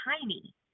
tiny